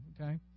okay